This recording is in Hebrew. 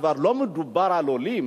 כבר לא מדובר על עולים,